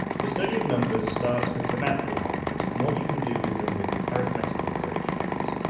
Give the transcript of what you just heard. the study of numbers starts with the natural numbers and what you can do with them with arithmetic operations.